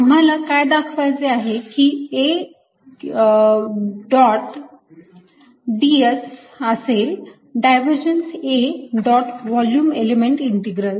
आम्हाला काय दाखवायचे आहे कि A डॉट ds हा असेल divergence A dot volume element integral